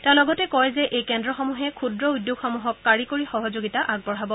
তেওঁ লগতে কয় যে এই কেন্দ্ৰসমূহে ক্ষুদ্ৰ উদ্যোগসমূহক কাৰিকৰী সহযোগিতা আগবঢ়াব